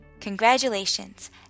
Congratulations